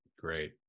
great